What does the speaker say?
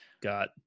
got